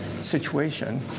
situation